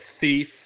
thief